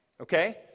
okay